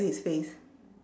to his face